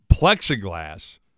plexiglass